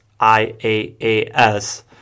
IaaS